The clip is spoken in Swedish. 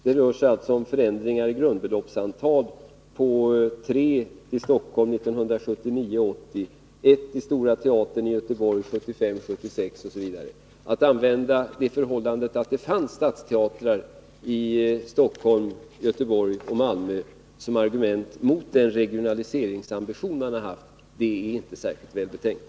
Det rör sig om förändringar i grundbeloppsantal på 3 till Stockholm 1979 76 osv. Att använda det förhållandet att det fanns stadsteatrar i Stockholm, Göteborg och Malmö som argument mot den regionaliseringsambition man har haft är inte särskilt välbetänkt.